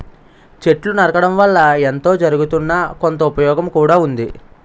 చెట్లు నరకడం వల్ల ఎంతో జరగుతున్నా, కొంత ఉపయోగం కూడా ఉంది